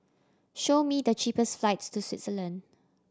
show me the cheapest flights to Switzerland